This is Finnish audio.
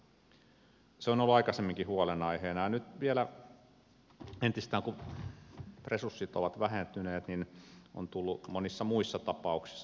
se on ollut aikaisemminkin huolenaiheena ja nyt vielä kun resurssit ovat entisestään vähentyneet se on tullut monissa muissa tapauksissa ilmi